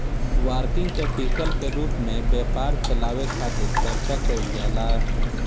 working capital के रूप में व्यापार चलावे खातिर चर्चा कईल जाला